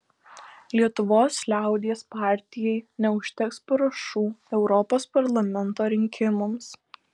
lietuvos liaudies partijai neužteks parašų europos parlamento rinkimams